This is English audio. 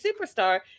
superstar